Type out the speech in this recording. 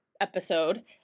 episode